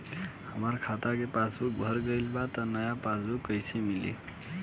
हमार खाता के पासबूक भर गएल बा त नया पासबूक कइसे मिली?